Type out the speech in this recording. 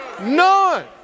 none